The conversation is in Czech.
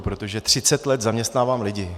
Protože třicet let zaměstnávám lidi.